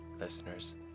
listeners